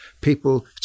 people